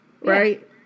Right